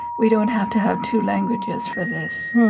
we don't have to have two languages for this.